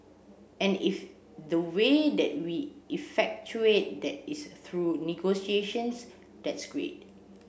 and if the way that we effectuate that is through negotiations that's great